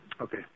Okay